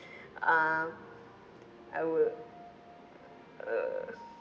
uh I will uh